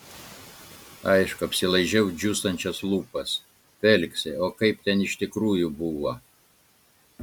aišku apsilaižau džiūstančias lūpas feliksai o kaip ten iš tikrųjų buvo